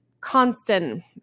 constant